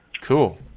Cool